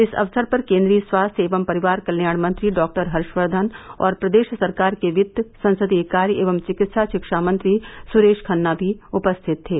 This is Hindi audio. इस अवसर पर केंद्रीय स्वास्थ्य एवं परिवार कल्याण मंत्री डॉ हर्षवर्धन और प्रदेश सरकार के वित्त संसदीय कार्य एवं चिकित्सा शिक्षा मंत्री सुरेश खन्ना भी उपस्थित थे